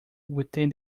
within